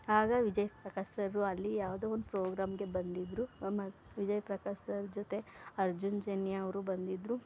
ಆಗ ವಿಜಯ್ ಪ್ರಕಾಶ್ ಸರ್ರು ಅಲ್ಲಿ ಯಾವುದೋ ಒಂದು ಪ್ರೋಗ್ರಾಮ್ಗೆ ಬಂದಿದ್ದರು ಮತ್ತು ವಿಜಯ್ ಪ್ರಕಾಶ್ ಸರ್ ಜೊತೆ ಅರ್ಜುನ್ ಜನ್ಯ ಅವರೂ ಬಂದಿದ್ದರು